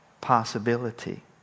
possibility